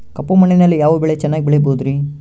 ಕಪ್ಪು ಮಣ್ಣಿನಲ್ಲಿ ಯಾವ ಬೆಳೆ ಚೆನ್ನಾಗಿ ಬೆಳೆಯಬಹುದ್ರಿ?